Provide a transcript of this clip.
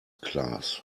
class